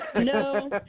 No